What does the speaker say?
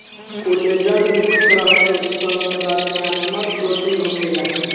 collagen मुख्य तरह के संरचनात्मक प्रोटीन होखेला